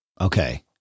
Okay